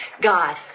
God